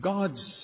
God's